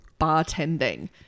bartending